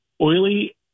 oily